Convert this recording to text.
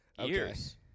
years